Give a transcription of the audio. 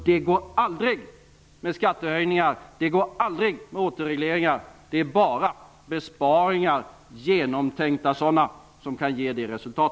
Det går aldrig med skattehöjningar och återregleringar. Det är bara besparingar, genomtänkta sådana, som kan ge resultat.